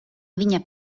viņa